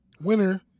Winner